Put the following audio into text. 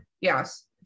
yes